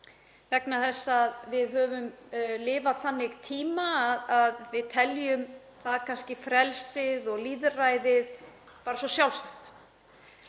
vegna þess að við höfum lifað þannig tíma að við teljum kannski frelsið og lýðræðið bara svo sjálfsagt.